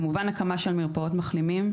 כמובן הקמה של מרפאות מחלימים.